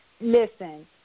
listen